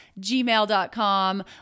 gmail.com